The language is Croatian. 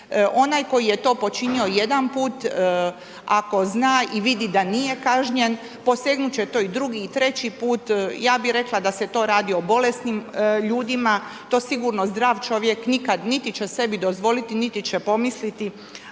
Onaj koji je to počinio jedan put, ako zna i vidi da nije kažnjen, posegnut će to i drugi i treći put. Ja bih rekla da se to radi o bolesnim ljudima, to sigurno zdrav čovjek nikad niti će sebi dozvoliti niti će pomisliti,